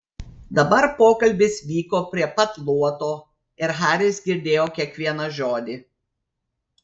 dabar pokalbis vyko prie pat luoto ir haris girdėjo kiekvieną žodį